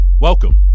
Welcome